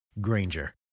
Granger